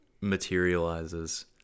materializes